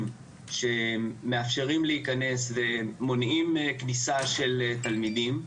שמאפשרים להיכנס ומונעים כניסה של תלמידים.